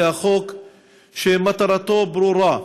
זה חוק שמטרתו ברורה: